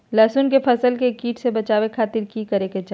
लहसुन के फसल के कीट से बचावे खातिर की करे के चाही?